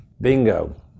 Bingo